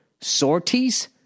sorties